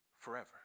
forever